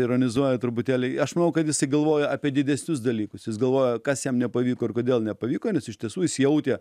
ironizuojant truputėlį aš manau kad jisai galvojo apie didesnius dalykus jis galvojo kas jam nepavyko ir kodėl nepavyko nes iš tiesų jis jautė